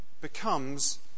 becomes